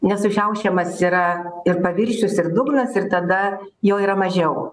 nes sušiaušiamas yra ir paviršius ir dugnas ir tada jo yra mažiau